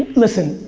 listen,